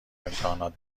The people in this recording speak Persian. امتحانات